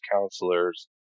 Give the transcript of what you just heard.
counselors